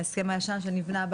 ההסכם היה שלנו שנבנה,